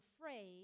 afraid